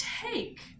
take